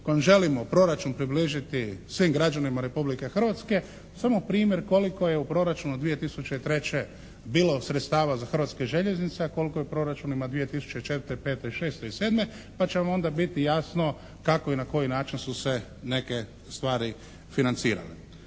ako želimo proračun približiti svim građanima Republike Hrvatske samo primjer koliko je u Proračunu 203. bilo sredstava za Hrvatske željeznice, ako koliko je u proračunima 2004., 20005., 2006. i 2007. pa će vam onda biti jasno kako i na koji način su se neke stvari financirale.